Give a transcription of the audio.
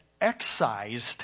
excised